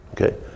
Okay